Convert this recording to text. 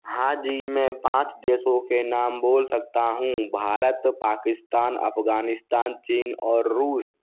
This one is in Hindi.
हाँ जी मैं पाँच देशों के नाम बोल सकता हूँ भारत पाकिस्तान अफगानिस्तान चीन और रूस